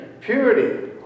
Purity